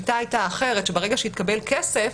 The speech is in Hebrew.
שברגע שהתקבל כסף